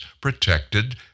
protected